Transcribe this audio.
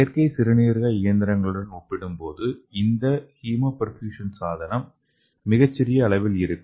செயற்கை சிறுநீரக இயந்திரங்களுடன் ஒப்பிடும்போது இந்த ஹீமோபெர்ஃபியூஷன் சாதனம் மிகச் சிறிய அளவில் இருக்கும்